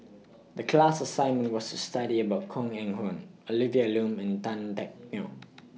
The class assignment was to study about Koh Eng Hoon Olivia Lum and Tan Teck Neo